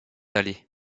allé